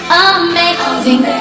amazing